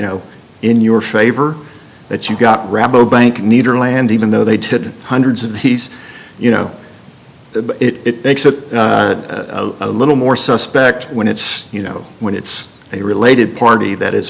know in your favor that you've got rambo bank neider land even though they did hundreds of these you know it makes it a little more suspect when it's you know when it's a related party that is